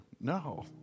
No